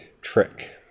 trick